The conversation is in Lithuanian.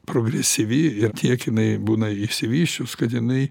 progresyvi ir tiek jinai būna išsivysčius kad jinai